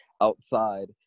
outside